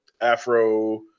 Afro